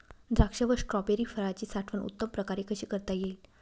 द्राक्ष व स्ट्रॉबेरी फळाची साठवण उत्तम प्रकारे कशी करता येईल?